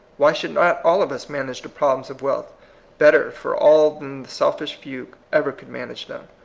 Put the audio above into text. why should not all of us manage the problems of wealth better for all than the selfish few ever could manage them?